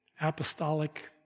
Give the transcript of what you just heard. apostolic